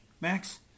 Max